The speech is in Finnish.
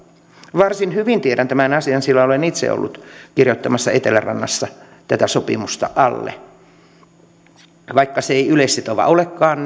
varsin hyvin tiedän tämän asian sillä olen itse ollut allekirjoittamassa etelärannassa tätä sopimusta vaikka se ei yleissitova olekaan